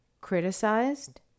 criticized